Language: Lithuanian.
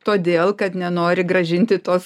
todėl kad nenori grąžinti tos